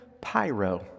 Pyro